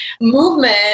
movement